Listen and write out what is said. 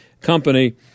company